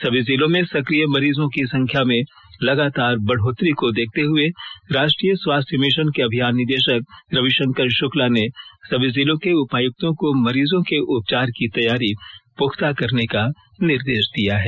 सभी जिलों में सकिय मरीजों की संख्या में लगातार बढ़ोतरी को देखते हुए राष्ट्रीय स्वास्थ्य मिशन के अभियान निदेशक रविशंकर शुक्ला ने सभी जिलों के उपायुक्तों को मरीजों के उपचार की तैयारी पुख्ता करने का निर्देश दिया है